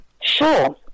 Sure